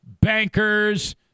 bankers